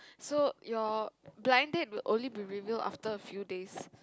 so your blind date will only be reveal after a few days